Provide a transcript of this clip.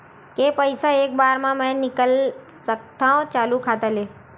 के पईसा एक बार मा मैं निकाल सकथव चालू खाता ले?